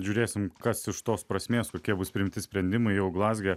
žiūrėsim kas iš tos prasmės kokie bus priimti sprendimai jau glazge